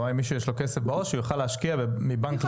מי שיש לו כסף בעו"ש, שהוא יוכל להשקיע מבנק לבנק.